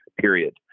Period